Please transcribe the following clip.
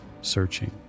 searching